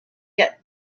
yet